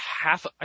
half